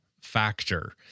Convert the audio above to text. factor